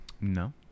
No